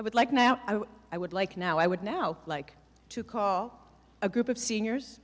i would like now i would like now i would now like to call a group of seniors